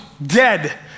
Dead